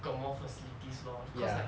got more facilities lor cause like